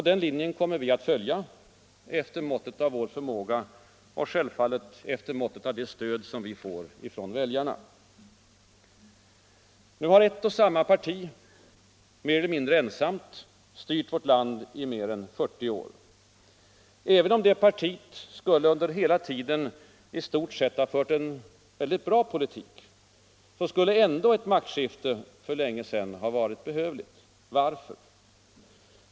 Den linjen kommer vi att följa efter måttet av vår förmåga och självfallet efter måttet av det stöd som vi får från väljarna. Nu har ett och samma parti mer eller mindre ensamt styrt vårt land i mer än 40 år. Även om det partiet under hela den tiden i stort sett hade fört en mycket bra politik, skulle ett maktskifte för länge sedan ha varit behövligt. Varför?